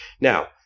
Now